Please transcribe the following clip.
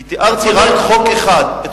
כי תיארתי רק חוק אחד, אתה צודק.